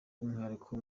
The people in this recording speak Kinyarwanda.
umwihariko